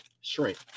shrink